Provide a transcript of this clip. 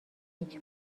هیچ